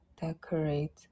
decorate